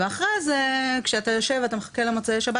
אחרי כזה כשאתה יושב ואתה מחכה למוצאי שבת